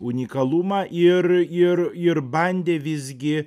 unikalumą ir ir ir bandė visgi